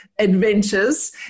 Adventures